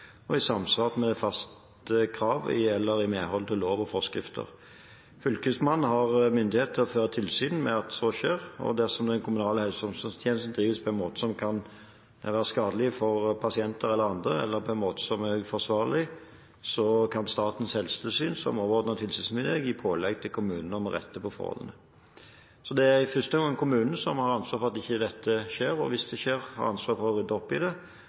og i samsvar med faste krav eller i medhold av lov og forskrifter. Fylkesmannen har myndighet til å føre tilsyn med at så skjer, og dersom den kommunale helse- og omsorgstjenesten drives på en måte som kan være skadelig for pasienter eller andre, eller på en måte som er uforsvarlig, kan Statens helsetilsyn, som overordnet tilsynsmyndighet, gi pålegg til kommunen om å rette på forholdene. Det er i første omgang kommunen som har ansvar for at dette ikke skjer, og som hvis det skjer, har ansvar for å rydde opp i det.